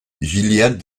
gilliatt